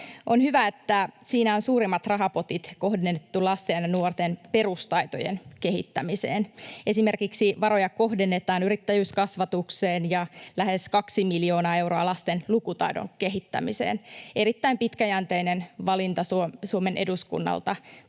On hyvä, että siinä on suurimmat rahapotit kohdennettu lasten ja nuorten perustaitojen kehittämiseen. Esimerkiksi varoja kohdennetaan yrittäjyyskasvatukseen ja lähes 2 miljoonaa euroa lasten lukutaidon kehittämiseen — erittäin pitkäjänteinen valinta Suomen eduskunnalta